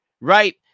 right